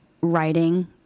writing